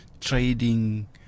trading